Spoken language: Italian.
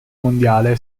mondiale